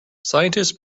scientists